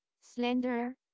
slender